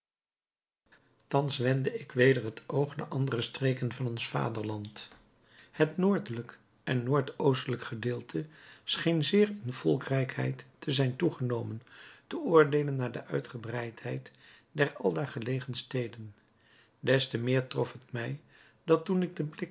thans wendde ik weder het oog naar andere streken van ons vaderland het noordelijk en noordoostelijk gedeelte scheen zeer in volkrijkheid te zijn toegenomen te oordeelen naar de uitgebreidheid der aldaar gelegen steden des te meer trof het mij dat toen ik den